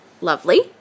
lovely